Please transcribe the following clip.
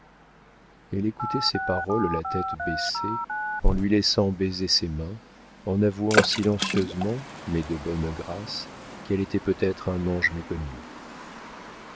elle écoutait ces paroles la tête baissée en lui laissant baiser ses mains en avouant silencieusement mais de bonne grâce qu'elle était peut-être un ange méconnu